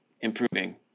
improving